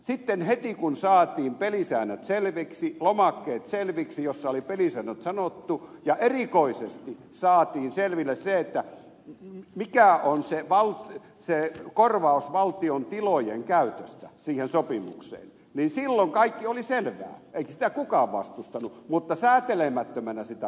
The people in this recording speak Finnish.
sitten heti kun saatiin pelisäännöt selviksi selviksi lomakkeet joissa oli pelisäännöt sanottu ja erikoisesti saatiin selville se mikä on korvaus valtion tilojen käytöstä siihen sopimukseen niin silloin kaikki oli selvää eikä sitä kukaan vastustanut mutta säätelemättömänä sitä vastustettiin